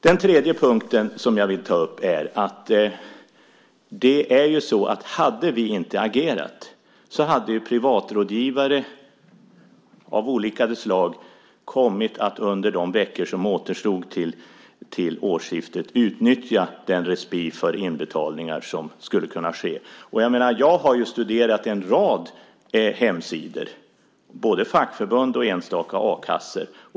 Den tredje punkten jag vill ta upp är att om inte vi hade agerat hade privatrådgivare av olika slag kommit att under de veckor som återstår till årsskiftet utnyttja den respit för inbetalningar som skulle kunna ske. Jag har studerat en rad hemsidor, både fackförbunds och enstaka a-kassors.